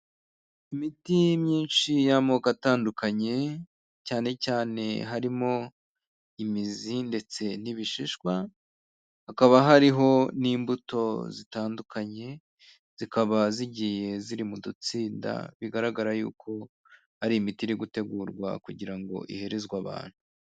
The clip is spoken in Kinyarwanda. Imiti myinshi y'amoko atandukanye, cyane cyane harimo imizi ndetse n'ibishishwa, hakaba hariho n'imbuto zitandukanye, zikaba zigiye ziri mu dutsinda bigaragara yuko ari imiti iri gutegurwa kugira ngo iherezwe abantu.